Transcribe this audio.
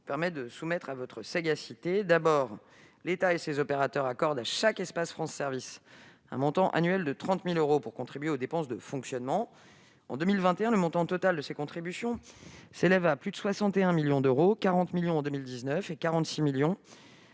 permets de soumettre à votre sagacité quelques éclaircissements. D'abord, l'État et ses opérateurs accordent à chaque espace France Services un montant annuel de 30 000 euros pour contribuer aux dépenses de fonctionnement. En 2021, le montant total de ces contributions s'élève à plus de 61 millions d'euros ; il était de 40 millions